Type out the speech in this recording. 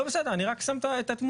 לא, בסדר, אני רק שם את התמונה.